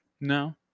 No